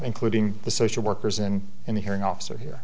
including the social workers and in the hearing officer here